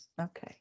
Okay